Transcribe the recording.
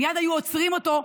מייד היו עוצרים אותו,